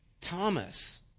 Thomas